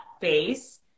base